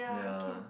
yeah